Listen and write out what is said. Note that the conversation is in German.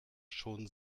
schon